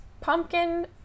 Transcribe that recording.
pumpkin